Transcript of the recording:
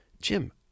Jim